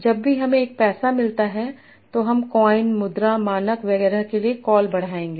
जब भी हमें एक पैसा मिलता है तो हम कॉइन मुद्रा मानक वगैरह के लिए कॉल बढ़ाएंगे